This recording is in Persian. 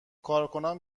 کارکنان